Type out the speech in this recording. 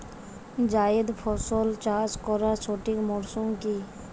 জায়েদ ফসল চাষ করার সঠিক মরশুম কি?